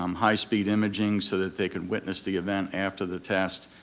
um high speed imaging so that they can witness the event after the test,